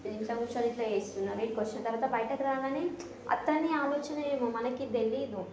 ఇంట్లో కూర్చొని ఇట్లా చేస్తున్నారు ఇక్కడికి వచ్చిన తరువాత బయటకి రాగానే అతని ఆలోచన ఏమో మనకి తెలియదు